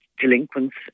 Delinquents